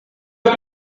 not